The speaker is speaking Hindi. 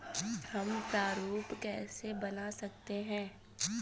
हम प्रारूप कैसे बना सकते हैं?